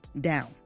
down